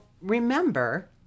remember